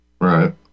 Right